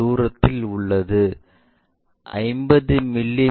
தூரத்தில் உள்ளது 50 மி